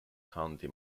county